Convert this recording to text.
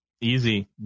Easy